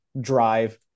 drive